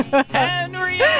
Henry